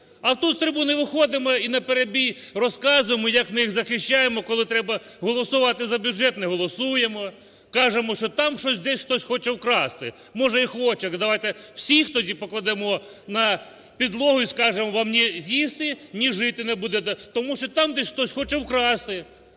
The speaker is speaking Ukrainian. А тут з трибуни виходимо і наперебій розказуємо, як ми їх захищаємо. Коли треба голосувати за бюджет, не голосуємо, кажемо, що там щось десь хтось хоче вкрасти. Може, і хоче, так давайте всіх тоді покладемо на підлогу і скажемо: "Вам ні їсти, ні жити не будете, тому що там десь хтось хоче вкрасти".